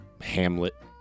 hamlet